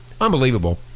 Unbelievable